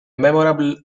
memorable